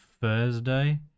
Thursday